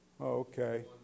okay